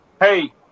hey